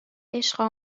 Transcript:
عشق